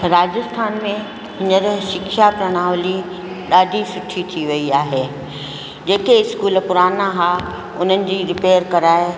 राजस्थान में हींअर शिक्षा प्रणावली ॾाढी सुठी थी वई आहे जेके स्कूल पुराणा हुआ उन्हनि जी रिपेर कराए